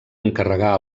encarregà